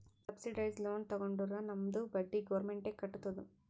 subsidised loan ತಗೊಂಡುರ್ ನಮ್ದು ಬಡ್ಡಿ ಗೌರ್ಮೆಂಟ್ ಎ ಕಟ್ಟತ್ತುದ್